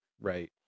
right